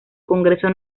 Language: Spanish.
congreso